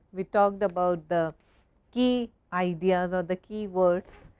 we talked about the key ideas or the key words